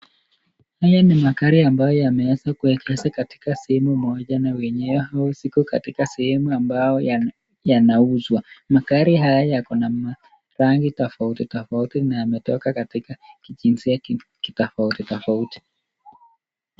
Haya ni magari ambayo yameeza kuegeshwa katika sehemu moja na wenyewe na ziko katika sehemu ambayo yanauzwa, magari haya yako na marangi tofauti tofauti na yametoka katika kijinsia tofauti tofauti.